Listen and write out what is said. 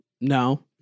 No